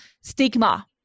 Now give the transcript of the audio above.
stigma